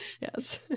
Yes